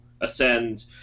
ascend